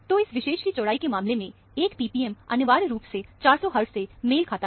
तो इस विशेष की चौड़ाई के मामले में 1 ppm अनिवार्य रूप से 400 हर्टज से मेल खाता है